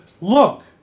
look